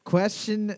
Question